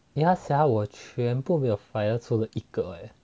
ya sia 我全部没有 finals 除了一个 eh